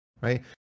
right